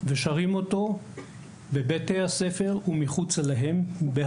שרים אותו בבתי הספר ומחוצה להם.